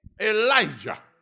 Elijah